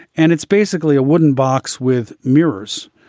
and it's basically a wooden box with mirrors.